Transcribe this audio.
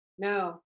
No